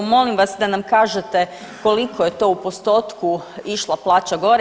Molim vas da nam kažete koliko je to u postotku išla plaća gore?